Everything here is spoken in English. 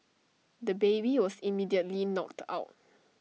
the baby was immediately knocked out